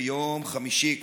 ביום חמישי,